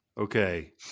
Okay